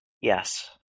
Yes